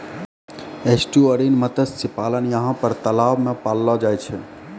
estuarine मत्स्य पालन यहाँ पर तलाव मे पाललो जाय छै